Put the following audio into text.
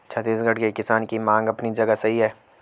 छत्तीसगढ़ के किसान की मांग अपनी जगह सही है